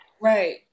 right